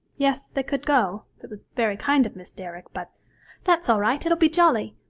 yes, they could go it was very kind of miss derrick but that's all right, it'll be jolly.